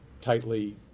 tightly